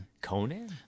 Conan